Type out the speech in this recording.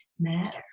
matter